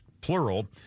plural